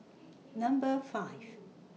Number five